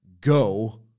go